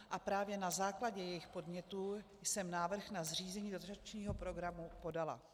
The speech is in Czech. A právě na základě jejich podnětů jsem návrh na zřízení dotačního programu podala.